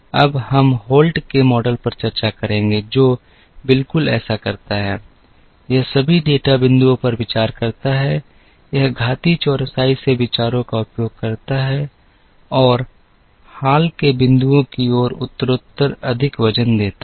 अब हम होल्ट के मॉडल पर चर्चा करेंगे जो बिल्कुल ऐसा करता है यह सभी डेटा बिंदुओं पर विचार करता है यह घातीय चौरसाई से विचारों का उपयोग करता है और यह हाल के बिंदुओं की ओर उत्तरोत्तर अधिक वजन देता है